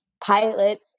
pilots